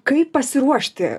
kaip pasiruošti